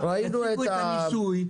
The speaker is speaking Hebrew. יציגו את הניסוי,